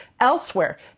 Elsewhere